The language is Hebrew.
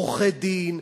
עורכי-דין,